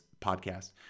podcast